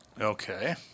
Okay